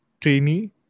trainee